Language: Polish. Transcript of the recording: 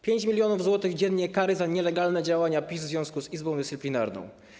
5 mln zł dziennie kary za nielegalne działania PiS w związku Izbą Dyscyplinarną.